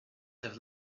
have